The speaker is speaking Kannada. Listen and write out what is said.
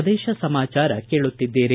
ಪ್ರದೇಶ ಸಮಾಚಾರ ಕೇಳುತ್ತಿದ್ದೀರಿ